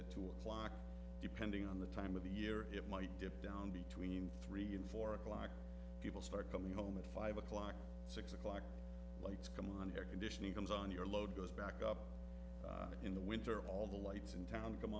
tool clock depending on the time of the year it might dip down between three and four o'clock people start coming home at five o'clock six o'clock lights come on the air conditioning comes on your load goes back up in the winter all the lights in town come